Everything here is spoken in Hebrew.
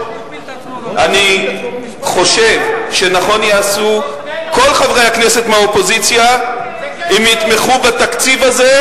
אני חושב שנכון יעשו כל חברי הכנסת מהאופוזיציה אם יתמכו בתקציב הזה,